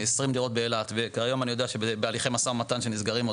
עשרים דירות באילת וכיום אני יודע שבהליכי משא ומתן שנסגרים,